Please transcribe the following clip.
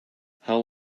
how